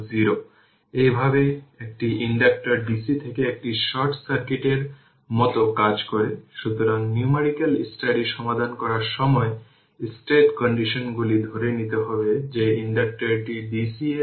এই সার্কিটটি দেওয়া হয় যখন 2টি ইন্ডাকটর প্যারালাল এ থাকে এবং এই 2টি ইন্ডাকটর প্যারালাল এ থাকে মানে এই ইনডাক্টর এবং এই ইনডাক্টর এবং এই ইনডাক্টর এইগুলি প্যারালাল মানে ইকুইভ্যালেন্ট ইন্ডাকট্যান্স হবে 12 H 12 কে 4 প্লাস 12 দিয়ে ডিভাইড করলে